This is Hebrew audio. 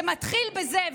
זה מתחיל בזה.